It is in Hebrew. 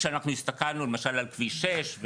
כשאנחנו הסתכלנו למשל על כביש 6,